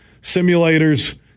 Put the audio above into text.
Simulators